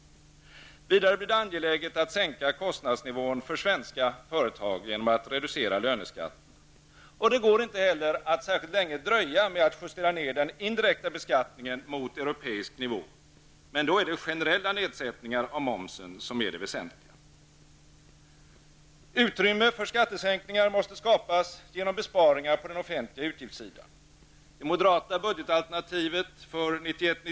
Vidare blir det angeläget att sänka kostnadsnivån för svenska företag genom en reducering av löneskatterna. Det går heller inte att särskilt länge dröja med en justering av den indirekta beskattningen ner mot europeisk nivå. Men då är det generella nedsättningar av momsen som är det väsentliga. Utrymme för skattesänkningar måste skapas genom besparingar på den offentliga utgiftssidan.